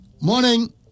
Morning